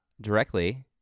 directly